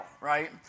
right